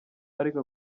ariko